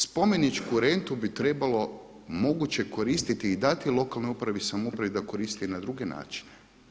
Spomeničku rentu bi trebalo moguće koristiti i dati lokalnoj upravi i samoupravi da koristiti i na druge načine.